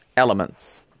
elements